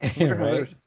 right